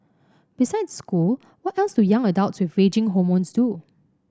besides school what else do young adults with raging hormones do